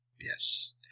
Yes